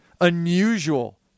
unusual